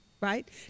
right